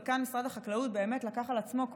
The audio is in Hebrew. וכאן משרד החקלאות לקח על עצמו,